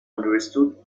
understood